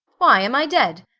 why? am i dead?